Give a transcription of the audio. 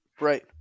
Right